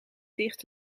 dicht